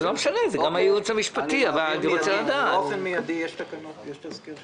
באופן מידי יש תקנות, יש תסקיר.